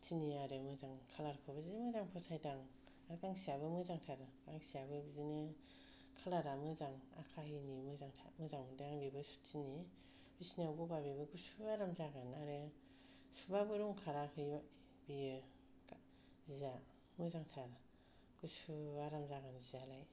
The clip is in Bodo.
सुथिनि आरो मोजां कालार खौबो जि मोजां फसायदों आं आरो गांसेआबो मोजांथार गांसेयाबो बिदिनो कालार आ मोजां आखाहिनि मोजांथार मोजां मोनदों आं बेबो सुथिनि बिसिनायाव बबा बेबो गुसु आराम जागोन आरो सुबाबो रं खाराखै बेयो जिया मोजांथार गुसु आराम जागोन जियालाय